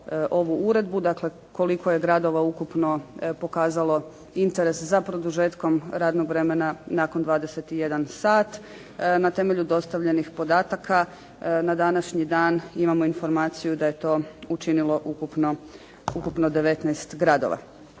dakle koliko je gradova ukupno pokazalo interes za produžetkom radnog vremena nakon 21 sat. Na temelju dostavljenih podataka na današnji dan imamo informaciju da je to učinilo ukupno 19 gradova.